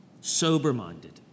sober-minded